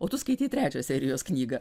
o tu skaitei trečią serijos knygą